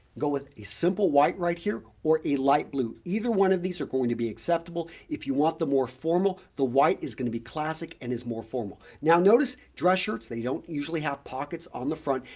go with a simple white right here or a light blue. either one of these are going to be acceptable. if you want them more formal, the white is going to be classic and is more formal. now, notice dress shirts they don't usually have pockets on the front.